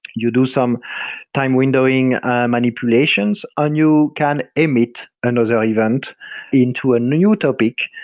you do some time windowing manipulations and you can emit another event into a new topic,